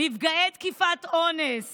נפגעי תקיפת אונס